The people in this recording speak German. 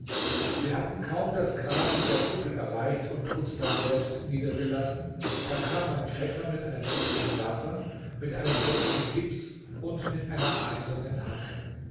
wir hatten kaum das grab mit der kuppel erreicht und uns daselbst niedergelassen da kam mein vetter mit einem töpfchen wasser mit einem säckchen gips und mit einer eisernen hacke